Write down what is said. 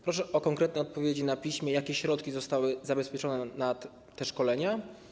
Proszę o konkretne odpowiedzi na piśmie, jakie środki zostały zabezpieczone na te szkolenia.